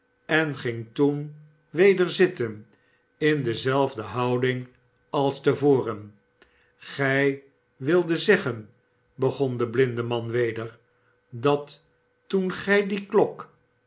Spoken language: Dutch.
en ging toen weder zitten in dezelfde houding als te voren gij wildet zeggen begon de blindeman weder sdat toen gij die klok